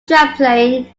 chaplain